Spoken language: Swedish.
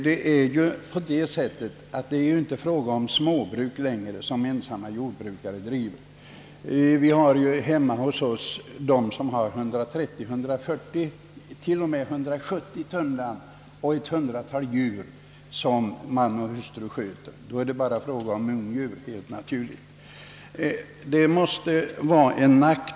Det är nu för tiden vanligen inte fråga om småbrukare som behöver uppskov. Från min hemtrakt känner jag fall där innehavare av jordbruk på 130, 140 och 170 tunnland, med ett hundratal ungdjur som man och hustru ensamma sköter, begärt uppskov.